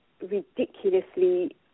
ridiculously